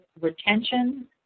retention